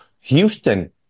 Houston